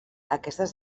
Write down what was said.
aquestes